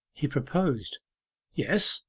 he proposed yes.